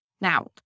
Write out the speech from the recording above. Now